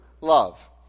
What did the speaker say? love